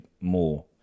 more